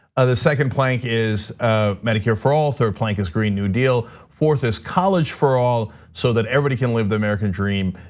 ah the second plank is ah medicare for all, third the plank is green new deal. fourth is college for all so that everybody can live the american dream.